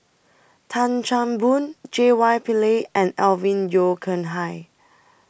Tan Chan Boon J Y Pillay and Alvin Yeo Khirn Hai